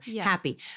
happy